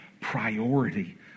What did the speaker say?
priority